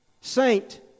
saint